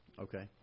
Okay